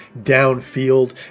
downfield